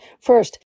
First